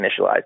initialize